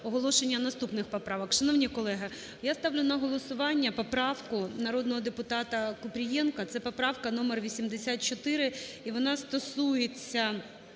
оголошення наступних поправок. Шановні колеги, я ставлю на голосування поправку народного депутатаКупрієнка, це поправка номер 84. І вона стосується